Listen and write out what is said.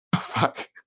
Fuck